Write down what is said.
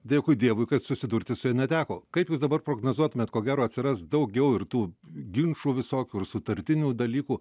dėkui dievui kad susidurti su ja neteko kaip jūs dabar prognozuotumėt ko gero atsiras daugiau ir tų ginčų visokių ir sutartinių dalykų